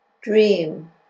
dream